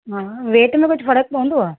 हा वेट में कुझु फ़र्कु पवंदो आहे